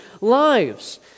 lives